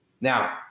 Now